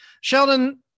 Sheldon